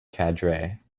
cadre